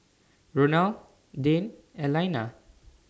Ronal Dane and Elaina